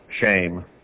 shame